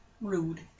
Rude